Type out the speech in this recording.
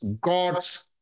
God's